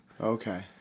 Okay